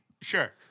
Sure